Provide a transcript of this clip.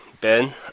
Ben